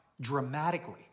dramatically